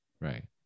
Right